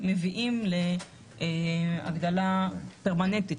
מביאים להגדלה פרמננטית,